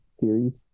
Series